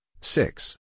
six